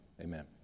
amen